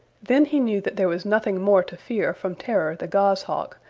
then he knew that there was nothing more to fear from terror the goshawk,